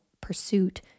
pursuit